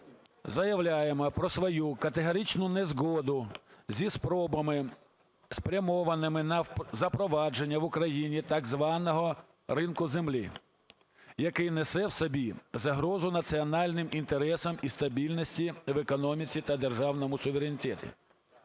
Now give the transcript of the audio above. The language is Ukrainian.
"Заявляємо про свою категоричну незгоду зі спробами, спрямованими на запровадження в Україні так званого "ринку землі", який несе в собі загрозу національним інтересам і стабільності в економіці та державному суверенітету".